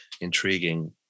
Intriguing